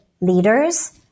leaders